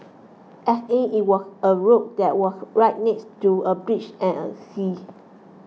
as in it was a road that was right next to a beach and sea